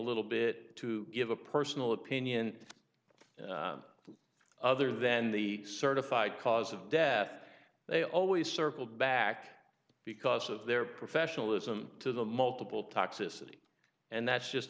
little bit to give a personal opinion other than the certified cause of death they always circled back because of their professionalism to the multiple toxicity and that's just